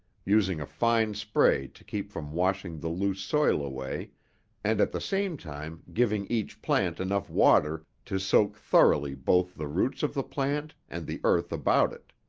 using a fine spray to keep from washing the loose soil away and at the same time giving each plant enough water to soak thoroughly both the roots of the plant and the earth about it.